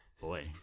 Boy